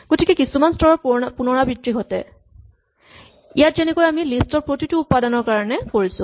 গতিকে কিছুমান স্তৰৰ পুণৰাবৃত্তি ঘটে ইয়াত যেনেকৈ আমি লিষ্ট ৰ প্ৰতিটো উপাদানৰ কাৰণে কৰিছো